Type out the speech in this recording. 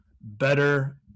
better